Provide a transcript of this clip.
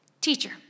teacher